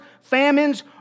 famines